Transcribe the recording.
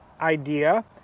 idea